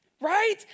right